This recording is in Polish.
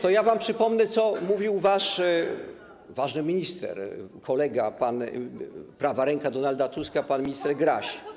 To ja wam przypomnę, co mówił wasz ważny minister, kolega, prawa ręka Donalda Tuska, pan minister Graś.